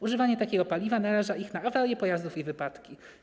Używanie takiego paliwa naraża ich na awarie pojazdów i wypadki.